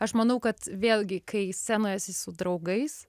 aš manau kad vėlgi kai scenoje esi su draugais